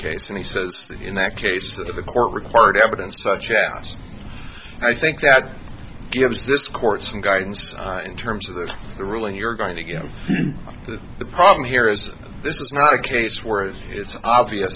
case and he says in that case that the court required evidence such asked i think that gives this court some guidance in terms of the ruling you're going to give to the problem here is this is not a case where it's obvious